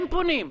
הם פונים.